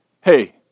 hey